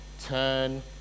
Turn